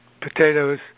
potatoes